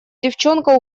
девчонка